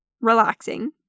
relaxing